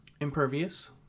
impervious